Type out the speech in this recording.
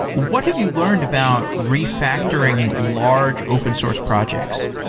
what have you learned about refactoring large open source projects?